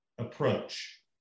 approach